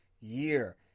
year